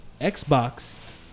Xbox